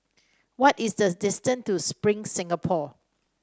what is the distance to Spring Singapore